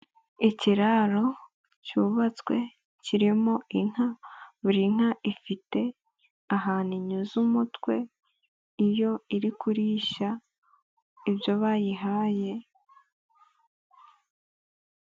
Ikiraro cyubatswe kirimo inka, buri nka ifite ahantu inyuza umutwe, iyo iri kurisha ibyo bayihaye.